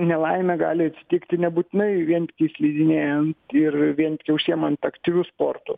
nelaimė gali atsitikti nebūtinai vien slidinėjant ir vien tiktai užsiemant aktyviu sportu